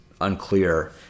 unclear